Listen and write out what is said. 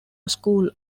school